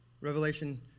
Revelation